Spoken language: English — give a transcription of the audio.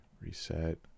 Reset